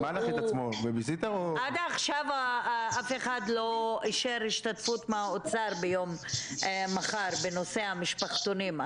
עד עכשיו אף אחד לא אישר השתתפות מהאוצר מחר בנושא המשפחתונים.